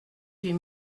huit